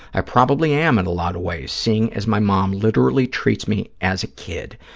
i probably am in a lot of ways, seeing as my mom literally treats me as a kid,